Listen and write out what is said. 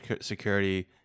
security